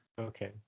Okay